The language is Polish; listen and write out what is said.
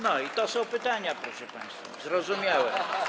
No i to są pytania, proszę państwa, zrozumiałe.